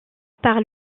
par